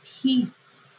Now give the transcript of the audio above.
peace